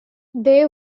they